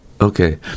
Okay